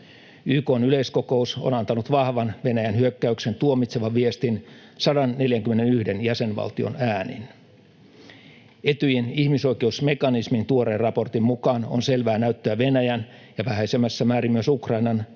YK:n yleiskokous on antanut vahvan Venäjän hyökkäyksen tuomitsevan viestin 141 jäsenvaltion äänin. Etyjin ihmisoikeusmekanismin tuoreen raportin mukaan on selvää näyttöä Venäjän — ja vähäisemmässä määrin myös Ukrainan